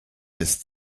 des